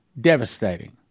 Devastating